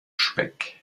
speck